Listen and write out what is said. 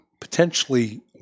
potentially